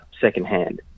secondhand